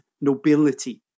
nobility